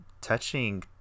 touching